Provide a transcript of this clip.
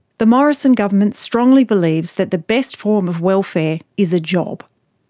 the morrison government strongly believes that the best form of welfare is a job.